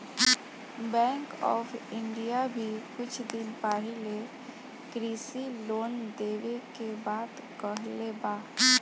bank of India भी कुछ दिन पाहिले कृषि लोन देवे के बात कहले बा